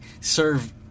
Serve